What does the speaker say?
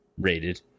rated